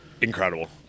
Incredible